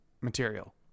material